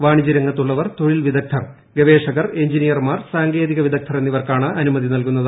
വാണിജ്ച് ർക്ത്തുള്ളവർ തൊഴിൽ വിദഗ്ദ്ധർ ഗവേഷകർ എഞ്ചിനീയർമാർ സാങ്കേതിക വിദഗ്ദ്ധർ എന്നിവർക്കാണ് അനുമതി നൽകുന്നത്